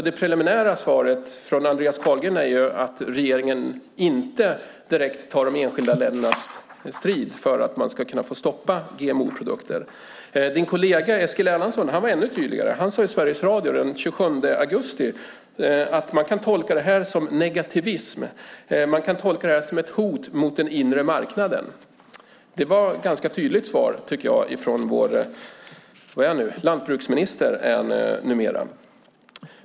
Det preliminära svaret från Andreas Carlgren är att regeringen inte direkt tar strid för de enskilda länderna, för att man ska få stoppa GMO-produkter. Din kollega Eskil Erlandsson var ännu tydligare. Han sade i Sveriges radio den 27 augusti att man kan tolka det som negativism, tolka det som ett hot mot den inre marknaden. Det tycker jag var ett ganska tydligt svar från vår landsbygdsminister.